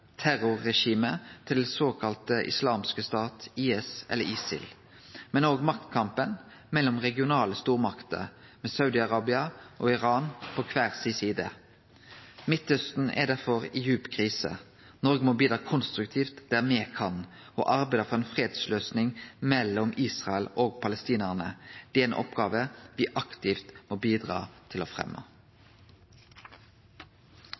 terrorregimet til den såkalla islamske staten, IS, eller ISIL, men også maktkampen mellom regionale stormakter, med Saudi-Arabia og Iran på kvar si side. Midtausten er derfor i djup krise. Noreg må bidra konstruktivt der me kan, og arbeide for ei fredsløysing mellom Israel og palestinarane. Det er ei oppgåve me aktivt må bidra til å